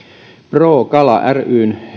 pro kala ryn